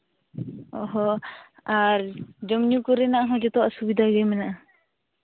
ᱦᱳ ᱟᱨ ᱡᱚᱢᱼᱧᱩ ᱠᱚᱨᱮᱱᱟᱜ ᱦᱚᱸ ᱡᱚᱛᱚᱣᱟᱜ ᱥᱩᱵᱤᱫᱷᱟ ᱢᱮᱱᱟᱜᱼᱟ